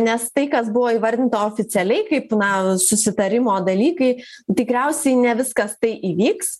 nes tai kas buvo įvardinta oficialiai kaip na susitarimo dalykai tikriausi ne viskas tai įvyks